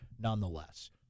nonetheless